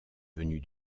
venus